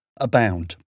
abound